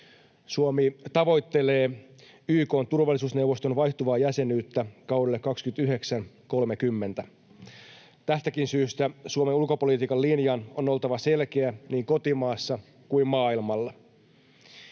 Suomi tavoittelee YK:n turvallisuusneuvoston vaihtuvaa jäsenyyttä kaudelle 2029—2030. Tästäkin syystä Suomen ulkopolitiikan linjan on oltava selkeä niin kotimaassa kuin maailmalla.